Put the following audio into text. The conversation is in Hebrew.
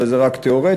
אבל זה רק תיאורטי,